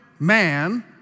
man